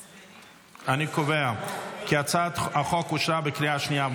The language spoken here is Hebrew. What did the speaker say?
אני קובע כי הצעת החוק אושרה בקריאה שנייה.